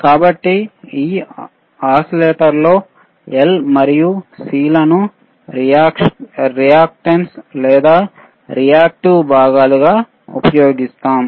కాబట్టి ఈ ఓసిలేటర్ లో L మరియు C లను రియాక్టన్స్ లేదా రియాక్టివ్ భాగాలు గా ఉపయోగిస్తాం